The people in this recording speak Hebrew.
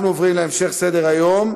אנחנו עוברים להמשך סדר-היום.